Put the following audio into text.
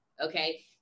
okay